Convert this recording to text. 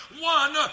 one